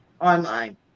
online